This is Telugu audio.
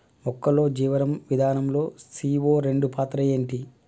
మొక్కల్లో జీవనం విధానం లో సీ.ఓ రెండు పాత్ర ఏంటి?